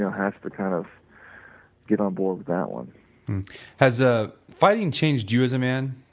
has to kind of get on board with that one has ah fighting changed you as a man?